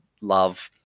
love